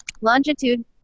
longitude